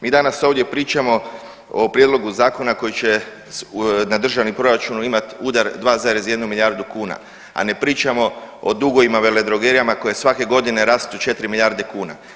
Mi danas ovdje pričamo o prijedlogu zakona koji će na državni proračun imati udar 2,1 milijardu kuna, a ne pričamo o dugovima veledrogerijama koji svake godine rastu 4 milijarde kuna.